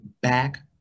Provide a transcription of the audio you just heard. back